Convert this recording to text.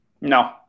No